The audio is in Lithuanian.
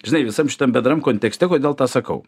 žinai visam šitam bendram kontekste kodėl tą sakau